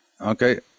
Okay